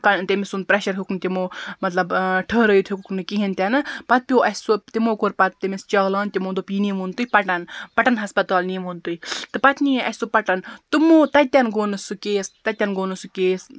تٔمۍ سُنٛد پرٛیٚشَر ہیٚوک نہٕ تِمو مَطلَب آ ٹھہرٲوِتھ ہیوٚکُکھ نہٕ کِہیٖنٛۍ تہِ نہٕ پَتہٕ پیٚو اَسہِ سُہ تِمو کوٚر پَتہٕ تٔمِس چالان تِمو دوٚپ یہِ نیٖہوٗن تُہۍ پَٹَن پَٹَن ہَسپَتال نیٖہوُن تُہۍ پَتہٕ نِیے اَسہِ سُہ پَٹَن تِمو تَتن گوٚو نہٕ سُہ کیس تَتن گوٚو نہٕ سُہ کیس